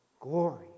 glory